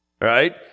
right